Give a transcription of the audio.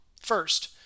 First